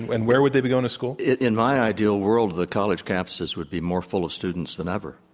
and where would they be going to school? in my ideal world, the college campuses would be more full of students than ever,